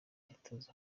ntituzi